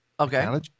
Okay